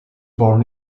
born